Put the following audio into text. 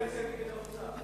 נגד האוצר?